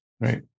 Right